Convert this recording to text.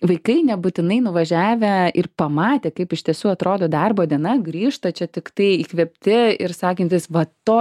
vaikai nebūtinai nuvažiavę ir pamatę kaip iš tiesų atrodo darbo diena grįžta čia tiktai įkvėpti ir sakantys va to